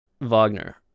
Wagner